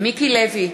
מיקי לוי,